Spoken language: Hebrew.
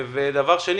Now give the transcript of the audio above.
שנית,